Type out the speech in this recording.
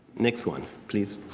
next one, please.